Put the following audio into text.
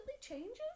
changes